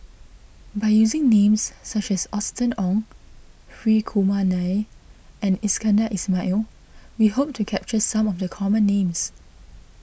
by using names such as Austen Ong Hri Kumar Nair and Iskandar Ismail we hope to capture some of the common names